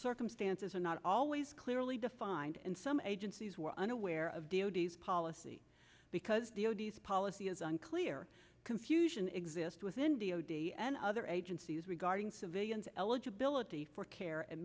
circumstances are not always clearly defined and some agencies were unaware of d o d s policy because the o d s policy is unclear confusion exist within d o d and other agencies regarding civilians eligibility for care and